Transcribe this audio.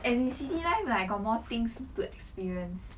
and city life like got more things to experience ha but countries either no